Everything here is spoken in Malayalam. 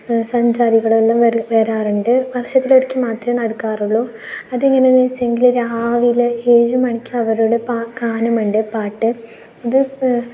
സഞ്ചാരികളെല്ലാം വ വരാറുണ്ട് വർഷത്തിലൊരിക്കൽ മാത്രമേ നടക്കാറുള്ളൂ അതെങ്ങനെയെന്ന് വെച്ചെങ്കിൽ രാവിലെ ഏഴു മണിക്ക് അവിടെയൊരു പാ ഗാനമുണ്ട് പാട്ട് അത്